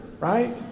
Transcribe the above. right